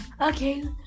Okay